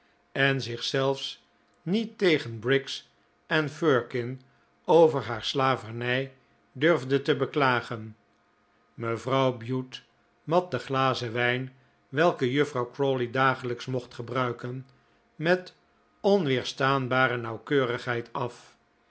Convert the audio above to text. en zich zelfs niet tegen briggs en firkin over haar slavernij durfde te beklagen mevrouw bute mat de glazen wijn welke juffrouw crawley dagelijks mocht gebruiken met onweerstaanbare nauwkeurigheid af